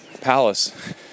palace